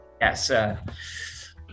Yes